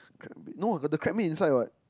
crab meat no the the crab meat is inside what